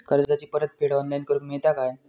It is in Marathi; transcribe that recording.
कर्जाची परत फेड ऑनलाइन करूक मेलता काय?